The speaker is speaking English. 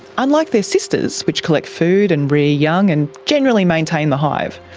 unlike their sisters which collect food and rear young and generally maintain the hive,